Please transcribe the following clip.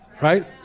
Right